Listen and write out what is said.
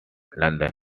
london